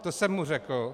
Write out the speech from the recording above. To jsem mu řekl.